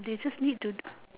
they just need to